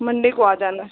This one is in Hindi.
मंडे को आ जाना